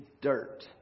dirt